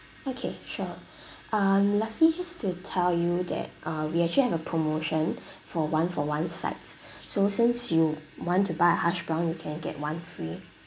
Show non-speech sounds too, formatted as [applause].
okay sure [breath] um lastly just to tell you that uh we actually have a promotion [breath] for one-for-one sides [breath] so since you want to buy a hash brown you can get one free